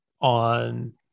on